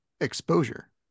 exposure